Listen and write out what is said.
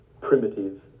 primitive